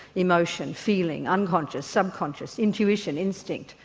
emotion, feeling, unconscious, subconscious, intuition, instinct,